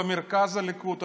במרכז הליכוד,